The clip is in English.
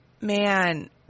man